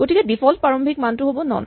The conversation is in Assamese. গতিকে ডিফল্ট প্ৰাৰম্ভিক মানটো হ'ব নন